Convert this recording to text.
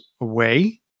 away